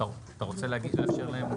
מאשר להם.